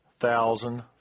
thousand